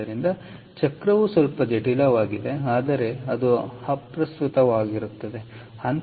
ಆದ್ದರಿಂದ ಚಕ್ರವು ಸ್ವಲ್ಪ ಜಟಿಲವಾಗಿದೆ ಆದರೆ ಅದು ಅಪ್ರಸ್ತುತವಾಗುತ್ತದೆ